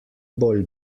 bolj